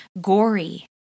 gory